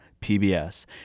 PBS